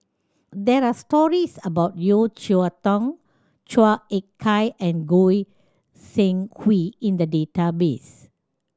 there are stories about Yeo Cheow Tong Chua Ek Kay and Goi Seng Hui in the database